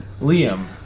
Liam